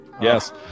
Yes